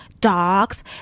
dogs